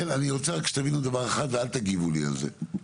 וחשוב שתבינו דבר אחד, ואל תגיבו לי על זה.